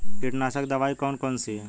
कीटनाशक दवाई कौन कौन सी हैं?